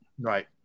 Right